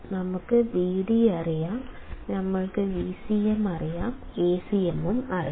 ഞങ്ങൾക്ക് Vd അറിയാം ഞങ്ങൾക്ക് Vcm അറിയാം Acm അറിയാം